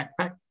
backpack